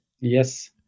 Yes